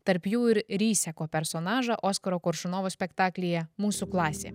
tarp jų ir ryseko personažą oskaro koršunovo spektaklyje mūsų klasė